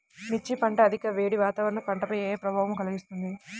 మిర్చి పంట అధిక వేడి వాతావరణం పంటపై ఏ ప్రభావం కలిగిస్తుంది?